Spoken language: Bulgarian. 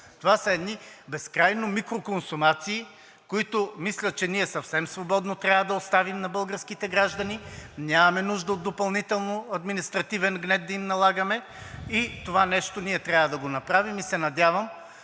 Това са едни безкрайно микроконсумации, които мисля, че ние съвсем свободно трябва да оставим на българските граждани. Нямаме нужда от допълнително административен гнет да им налагаме. Това нещо трябва да го направим и се надявам,